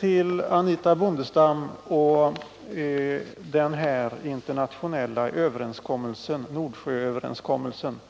till Anitha Bondestam och den internationella Nordsjööverenskommelsen.